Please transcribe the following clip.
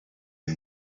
die